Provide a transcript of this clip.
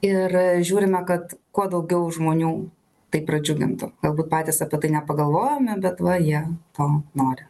ir žiūrime kad kuo daugiau žmonių tai pradžiugintų galbūt patys apie tai nepagalvojome bet va jie to nori